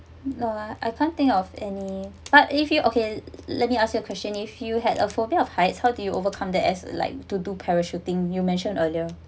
no lah I can't think of any but if you okay let me ask you a question if you had a phobia of heights how did you overcome that as like to do parachuting you mentioned earlier